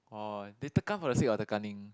orh they tekan for the sake of tekaning